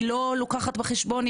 היא לוקחת בחשבון,